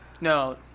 no